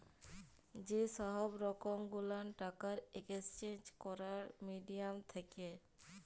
যে সহব রকম গুলান টাকার একেসচেঞ্জ ক্যরার মিডিয়াম থ্যাকে